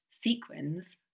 sequins